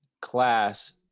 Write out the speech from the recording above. class